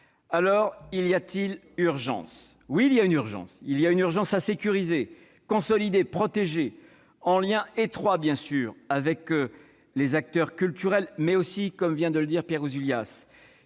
Alors, y a-t-il urgence ? Oui, il y a une urgence à sécuriser, à consolider, à protéger, en liaison étroite avec les acteurs culturels, mais aussi, comme vient de le dire Pierre Ouzoulias,